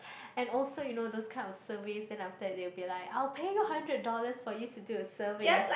and also you know those kind of service then after they will be like I will pay you hundred dollars for you to do a survey